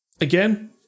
again